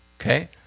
okay